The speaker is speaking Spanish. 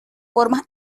formas